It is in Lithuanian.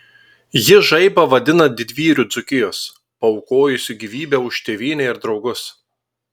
ji žaibą vadina didvyriu dzūkijos paaukojusiu gyvybę už tėvynę ir draugus